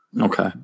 Okay